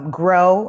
grow